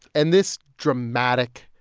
and this dramatic,